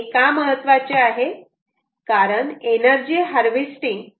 हे का महत्वाचे आहे कारण एनर्जी हार्वेस्टिंग